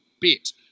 bit